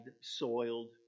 soiled